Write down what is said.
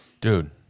Dude